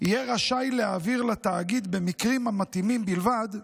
יהיה רשאי להעביר לתאגיד, במקרים המתאימים בלבד,